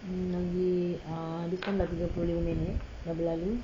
lagi ah this one tiga puluh lima minit dah berlalu